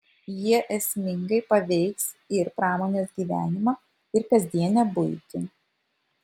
jie esmingai paveiks ir pramonės gyvenimą ir kasdienę buitį